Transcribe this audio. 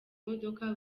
modoka